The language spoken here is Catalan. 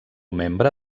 membre